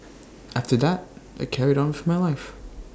after that I carried on for my life